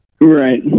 Right